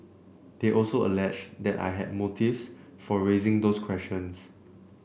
they also alleged that I had motives for raising those questions